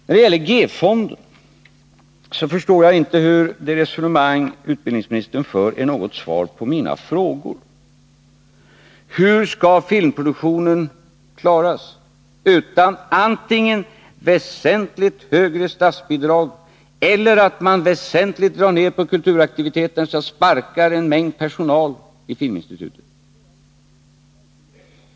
När det gäller G-fonden förstår jag inte hur det resonemang utbildningsministern för kan vara något svar på mina frågor. Hur skall filmproduktionen klaras utan att man antingen får väsentligt högre statsbidrag eller väsentligt drar ner på kulturaktiviteten, dvs. sparkar en mängd personal i Filminstitutet?